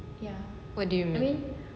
what do you mean